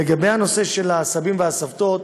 לגבי הנושא של הסבים והסבתות,